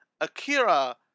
Akira